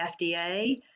FDA